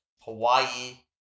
Hawaii